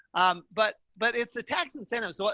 um, but, but it's the tax incentives. so